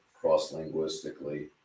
cross-linguistically